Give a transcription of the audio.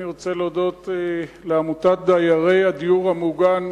אני רוצה להודות לעמותת דיירי הדיור המוגן,